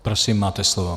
Prosím, máte slovo.